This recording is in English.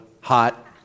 hot